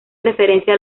referencia